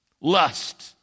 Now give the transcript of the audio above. Lust